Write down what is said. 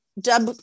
Dub